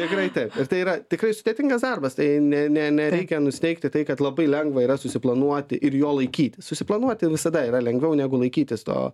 tikrai taip tai yra tikrai sudėtingas darbas tai ne ne nereikia nusiteikti tai kad labai lengva yra susiplanuoti ir jo laikytis susiplanuoti visada yra lengviau negu laikytis to